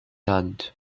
land